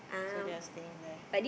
so they are staying there